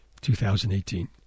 2018